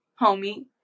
homie